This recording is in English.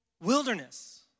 Wilderness